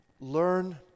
learn